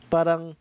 Parang